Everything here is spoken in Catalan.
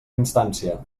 instància